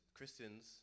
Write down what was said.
Christians